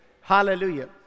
Hallelujah